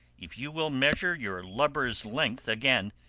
if you will measure your lubber's length again,